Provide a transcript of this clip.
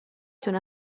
تونه